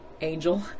Angel